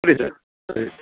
ಸರಿ ಸರ್ ಸರಿ